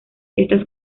estas